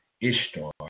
Ishtar